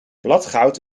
bladgoud